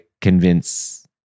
convince